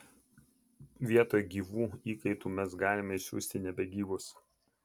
vietoj gyvų įkaitų mes galime išsiųsti nebegyvus